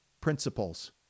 principles